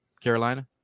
Carolina